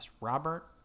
Robert